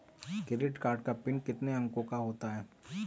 Credit card का PIN कितने अंकों का होता है?